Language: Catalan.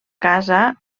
casa